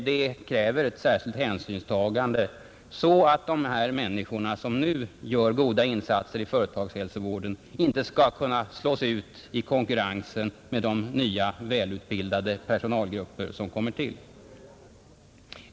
Det kräver särskilt hänsynstagande så att de människor som nu gör goda insatser i företagshälsovården inte slås ut i konkurrensen med de nya, välutbildade personalgrupper som kommer till.